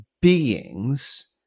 beings